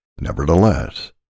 Nevertheless